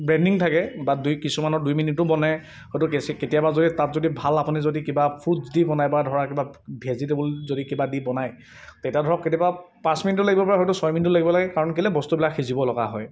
branding থাকে বা দুই কিছুমানৰ দুই মিনিটো বনে হয়টো কেছে কেতিয়াবা যদি তাত যদি ভাল আপুনি যদি কিবা ফ্ৰুটছ দি বনায় বা ধৰা কিবা ভেজিটেবল যদি কিবা দি বনায় তেতিয়া ধৰক কেতিয়াবা পাঁচ মিনিটো লাগিব পাৰে হয়টো ছয় মিনিটো লাগিব লাগে কাৰণ কেলৈ বস্তুবিলাক সিজিব লগা হয়